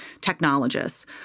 technologists